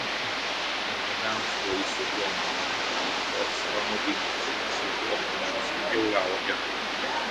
pargabenus vaisių buvo manoma kad pomidoras yra nuodingas nes jis buvo panašus į kiauliauogę